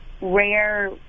rare